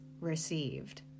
received